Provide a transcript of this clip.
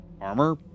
armor